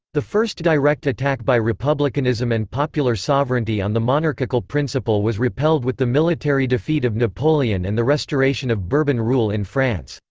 the first direct attack by republicanism and popular sovereignty on the monarchical principle was repelled with the military defeat of napoleon and the restoration of bourbon rule in france.